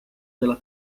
della